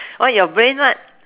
what your brain what